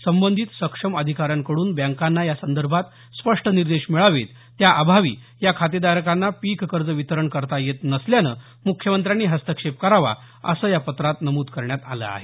संबंधित सक्षम अधिकाऱ्यांकडून बँकांना या संदर्भात स्पष्ट निर्देश मिळावेत त्या अभावी या खातेदारांना पीक कर्ज वितरण करता येत नसल्यानं मुख्यमंत्र्यांनी हस्तक्षेप करावा असं या पत्रात नमूद करण्यात आलं आहे